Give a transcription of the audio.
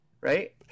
right